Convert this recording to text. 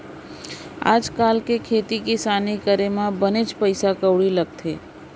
आज काल के खेती किसानी करे म बनेच पइसा कउड़ी लगथे